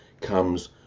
comes